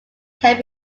can